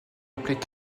appelait